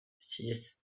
six